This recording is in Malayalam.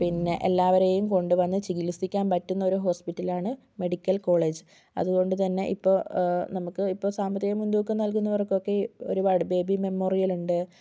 പിന്നെ എല്ലാവരെയും കൊണ്ട് വന്ന് ചികിത്സിക്കാൻ പറ്റുന്ന ഒരു ഹോസ്പിറ്റൽ ആണ് മെഡിക്കൽ കോളേജ് അതുകൊണ്ട് തന്നെ ഇപ്പോൾ നമുക്ക് ഇപ്പം സാമ്പത്തിക മുൻതൂക്കം നൽകുന്നവർക്ക് ഒക്കെയും ഒരുപാട് ബേബി മെമ്മോറിയൽ ഉണ്ട്